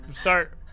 start